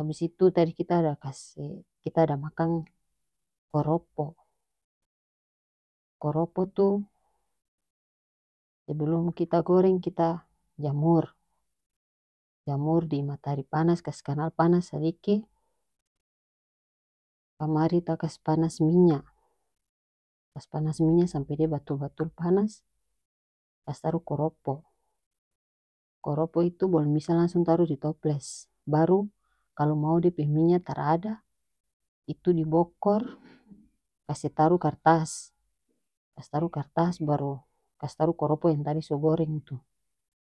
Abis itu tadi kita ada kase kita ada makang koropo koropo tu sebelum kita goreng kita jamur jamur di matahari panas kas kanal panas sadiki kamari ta kase panas minya kase panas minya sampe dia batul batul panas kase taruh koropo koropo itu bolom bisa langsung taruh di toples baru kalo mau dia pe minya tara ada itu di bokor kase taruh kartas kas taruh kartas baru kas taruh koropo yang tadi so goreng tu